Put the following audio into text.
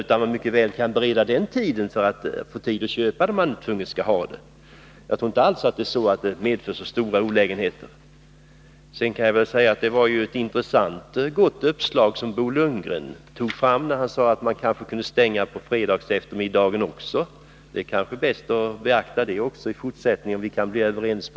Jag tror inte alls att lördagsstängning medför så stora olägenheter, utan att man kan avsätta den tid som fordras om man tvunget skall köpa alkohol. Sedan kan jag väl säga att det var ett intressant uppslag som Bo Lundgren förde fram när han sade att man kanske kunde stänga Systemet på fredagseftermiddagarna också. Det vore värt att beakta, så kunde vi bli ännu mera överens.